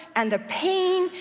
and the pain,